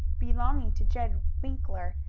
belonging to jed winkler,